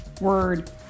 word